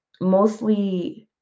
mostly